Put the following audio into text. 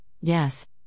yes